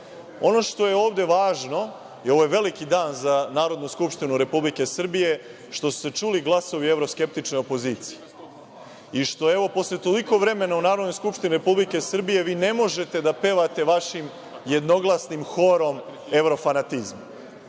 EU.Ono što je ovde važno i ovo je veliki dan za Narodnu skupštinu Republike Srbije što su se čuli glasovi evro-skeptične opozicije i što posle toliko vremena u Narodnoj skupštini Republike Srbije vi ne možete da pevate vašim jednoglasnim horom evrofanatizma.